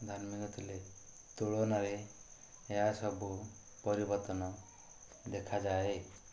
ଧାର୍ମିକ ଥିଲେ ତୁଳନାରେ ଏହାସବୁ ପରିବର୍ତ୍ତନ ଦେଖାଯାଏ